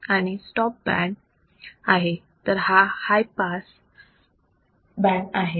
हा stop band आहे तर हा पास बँड आहे